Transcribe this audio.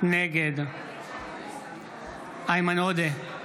נגד איימן עודה,